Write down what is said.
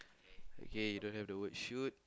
okay you don't have the word shoot